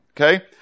Okay